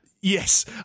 Yes